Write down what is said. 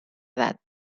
edat